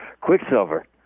quicksilver